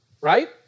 right